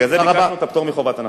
בגלל זה ביקשנו את הפטור מחובת הנחה.